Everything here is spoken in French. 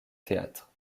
théâtre